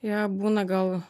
jie būna gal